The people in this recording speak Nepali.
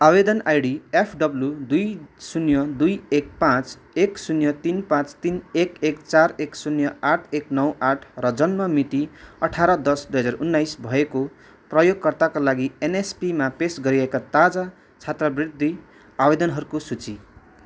आवेदन आइडी एफब्ल्यू दुई शून्य दुई एक पाँच एक शून्य तिन पाँच तिन एक एक चार एक शून्य आठ एक नौ आठ र जन्म मिति अठार दस दुई हजार उन्नाइस भएको प्रयोगकर्ताका लागि एनएसपीमा पेस गरिएका ताजा छात्रवृत्ति आवेदनहरूको सूची